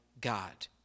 God